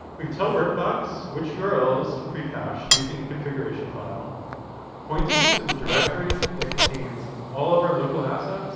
we tell workbox which urls to pre-cache using a configuration file pointing to the directory that contains all of our local assets